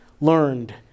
learned